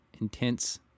intense